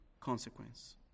consequence